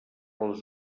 les